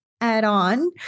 add-on